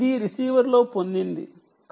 ఇది రిసీవర్ పొందింది refer time 2806